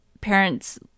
parents